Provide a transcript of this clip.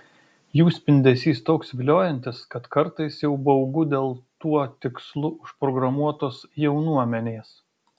jų spindesys toks viliojantis kad kartais jau baugu dėl tuo tikslu užprogramuotos jaunuomenės